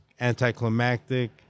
anticlimactic